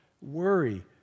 worry